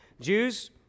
Jews